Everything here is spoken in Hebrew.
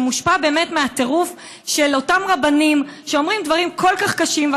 שמושפע באמת מהטירוף של אותם רבנים שאומרים דברים כל כך קשים.